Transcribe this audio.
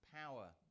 Power